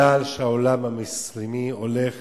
זה משום שהעולם המוסלמי הולך